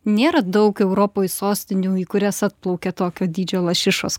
nėra daug europoj sostinių į kurias atplaukia tokio dydžio lašišos